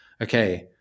okay